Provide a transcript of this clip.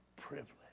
privilege